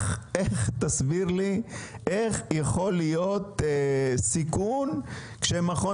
תסביר לי איך יכול להיות סיכון כשמכון